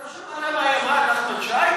אתה לא שמעת מה היא אמרה על נחמן שי?